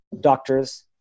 doctors